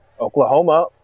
Oklahoma